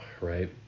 right